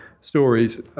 stories